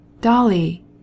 Dolly